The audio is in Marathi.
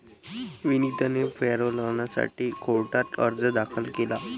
विनीतने पॅरोलसाठी कोर्टात अर्ज दाखल केला